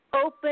open